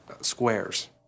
squares